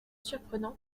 surprenant